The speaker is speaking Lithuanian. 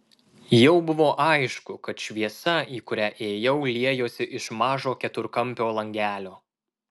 jau buvo aišku kad šviesa į kurią ėjau liejosi iš mažo keturkampio langelio